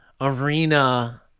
arena